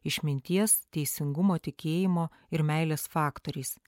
išminties teisingumo tikėjimo ir meilės faktoriais